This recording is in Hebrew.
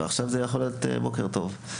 ועכשיו זה יכול להיות בוקר טוב.